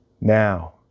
Now